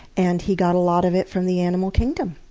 and he got a lot of it from the animal kingdom,